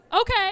Okay